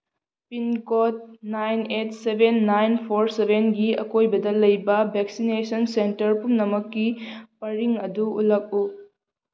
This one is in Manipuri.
pincode nine eight seven nine four ꯁꯕꯦꯟꯒꯤ ꯑꯀꯣꯏꯕꯗ ꯂꯩꯕ ꯚꯦꯛꯁꯤꯅꯦꯁꯟ ꯁꯦꯟꯇꯔ ꯄꯨꯝꯅꯃꯛꯀꯤ ꯄꯔꯤꯡ ꯑꯗꯨ ꯎꯠꯂꯛꯎ